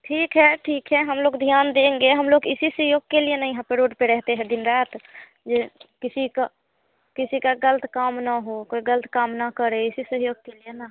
ठीक है ठीक है हम लोग ध्यान देंगे हम लोग इसी सहयोग के लिए ना यहाँ पर रोड पर रहते हैं दिन रात ये किसी का किसी का ग़लत काम ना हो कोई ग़लत काम ना करे इसी सहयोग के लिए ना